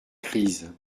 crise